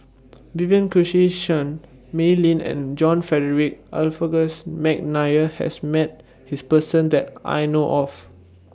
Vivien Quahe Seah Mei Lin and John Frederick Adolphus Mcnair has Met This Person that I know of